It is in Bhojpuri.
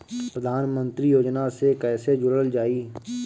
प्रधानमंत्री योजना से कैसे जुड़ल जाइ?